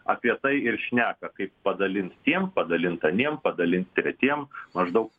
apie tai ir šneka kaip padalint tiem padalint aniem padalint tretiem maždaug